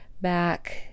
back